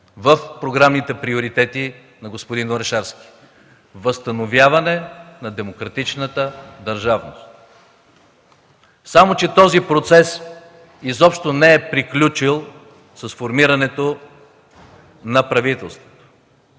в програмните приоритети на господин Орешарски – възстановяване на демократичната държавност. Само че този процес изобщо не е приключил с формирането на правителството.